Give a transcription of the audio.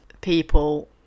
people